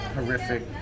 horrific